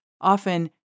often